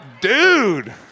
dude